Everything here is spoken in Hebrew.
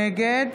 נגד